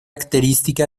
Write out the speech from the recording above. característica